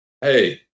Hey